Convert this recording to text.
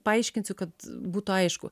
paaiškinsiu kad būtų aišku